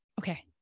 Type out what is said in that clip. Okay